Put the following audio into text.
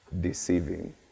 Deceiving